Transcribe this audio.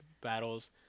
battles